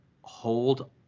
hold